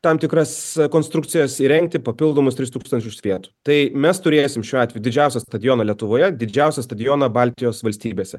tam tikras konstrukcijas įrengti papildomus tris tūkstančius vietų tai mes turėsim šiuo atveju didžiausią stadioną lietuvoje didžiausią stadioną baltijos valstybėse